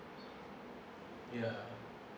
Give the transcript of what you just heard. ya